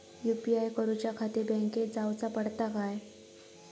UPI करूच्याखाती बँकेत जाऊचा पडता काय?